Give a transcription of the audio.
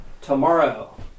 Tomorrow